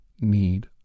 need